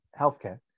healthcare